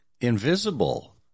invisible